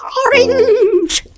orange